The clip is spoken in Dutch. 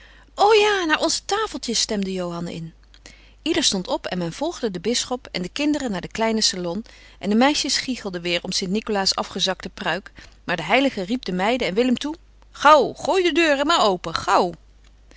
o ja naar onze tafeltjes stemde johan in ieder stond op en men volgde den bisschop en de kinderen naar den kleinen salon en de meisjes gichelden weêr om st nicolaas afgezakte pruik maar de heilige riep de meiden en willem toe gauw gooi de deuren maar open gauw